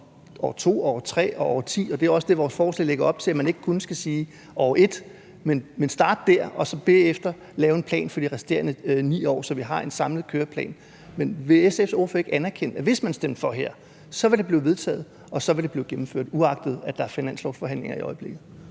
om år 2 og år 3 og år 10. Det er også det, vores forslag lægger op til – at man ikke kun skal sige år 1, men starte der og så bagefter lave en plan for de resterende 9 år, så vi har en samlet køreplan. Men vil SF's ordfører ikke anerkende, at hvis man stemte for her, så ville det blive vedtaget, og så ville det blive gennemført, uagtet at der er finanslovsforhandlinger i øjeblikket?